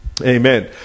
Amen